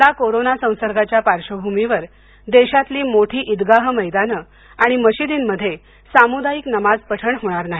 यंदा कोरोना संसर्गाच्या पार्श्वभूमीवर देशातली मोठी इदगाह मैदानं आणि मशिदींमध्ये सामुदायिक नमाज पठण होणार नाही